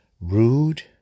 rude